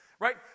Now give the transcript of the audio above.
Right